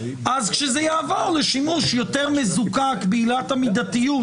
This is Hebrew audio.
אז כשזה יעבור לשימוש יותר מזוקק בעילת המידתיות,